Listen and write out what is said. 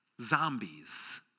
Zombies